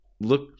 look